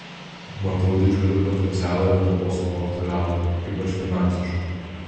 matau didžiulį potencialą lietuvos sportui augti ypač finansiškai